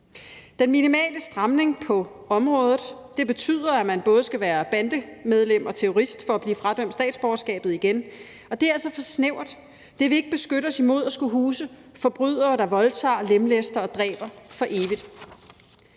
Den minimale stramning på området betyder, at man både skal være bandemedlem og terrorist for at blive fradømt statsborgerskab igen, og det er altså for snævert. Det vil ikke beskytte os imod at skulle huse forbrydere, der voldtager, lemlæster og dræber, for evigt.